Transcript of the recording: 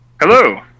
Hello